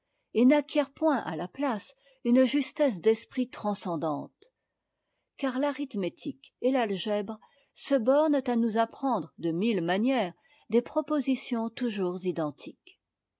et n'acquièrent point à la place une justesse d'esprit transcendante car l'arithmétique et l'algèbre se bornent à nous apprendre de mille manières des propositions toujours identiques